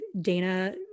Dana